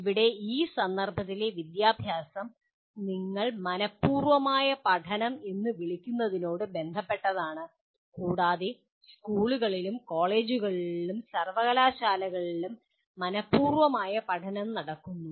ഇവിടെ ഈ സന്ദർഭത്തിലെ വിദ്യാഭ്യാസം നിങ്ങൾ മനഃപൂർവ്വമായ പഠനം എന്ന് വിളിക്കുന്നതിനോട് ബന്ധപ്പെട്ടതാണ് കൂടാതെ സ്കൂളുകളിലും കോളേജുകളിലും സർവകലാശാലകളിലും മനഃപൂർവമായ പഠനം നടക്കുന്നു